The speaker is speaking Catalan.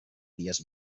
dies